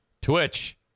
Twitch